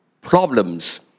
problems